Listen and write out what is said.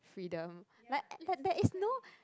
freedom like that is no